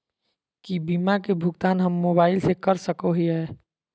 की बीमा के भुगतान हम मोबाइल से कर सको हियै?